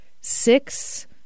six